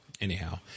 Anyhow